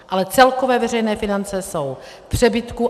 Ale celkové veřejné finance jsou v přebytku.